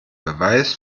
beweis